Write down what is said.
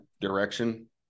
direction